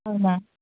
అవునా